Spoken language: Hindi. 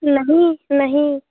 नहीं नहीं